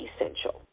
essential